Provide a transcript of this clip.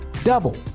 Double